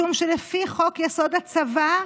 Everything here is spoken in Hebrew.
משום שלפי חוק-יסוד: הצבא,